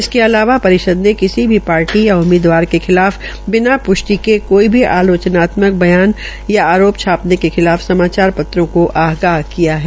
इसके अतिरिक्त परिषद ने किसी भी पार्टी या उम्मीदवार के खिलाफ बिना पृष्टि किए कोई भी आलोचनात्मक बयान या आरोप छापने के खिलाफ समाचार पत्रों को आग्रह किया है